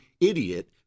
idiot